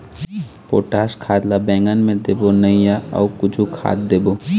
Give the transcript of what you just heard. Potash खाद ला बैंगन मे देबो नई या अऊ कुछू खाद देबो?